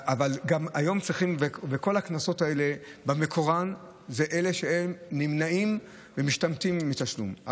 אבל מקורם של כל הקנסות האלה הוא באלה שנמנעים ומשתמטים מתשלום.